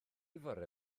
fore